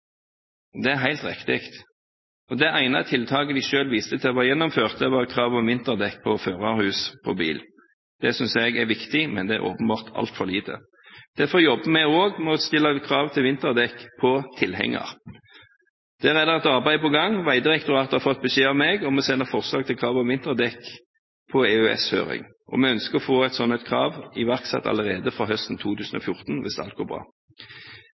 Det er helt riktig. Det ene tiltaket de selv viser til var gjennomført, var kravet om vinterdekk på førerhus på bil. Det synes jeg er viktig, men det er åpenbart altfor lite. Derfor jobber vi også med å stille krav til vinterdekk på tilhenger. Der er det et arbeid på gang. Vegdirektoratet har fått beskjed av meg om å sende forslag til krav om vinterdekk på EØS-høring. Vi ønsker å få et slikt krav iverksatt allerede fra høsten 2014 hvis alt går bra.